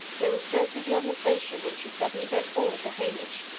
they were scarcely beyond the station when she suddenly bent forward to hamish,